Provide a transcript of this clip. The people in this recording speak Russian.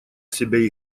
себя